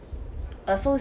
uh so